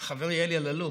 חברי אלי אלאלוף?